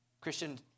Christian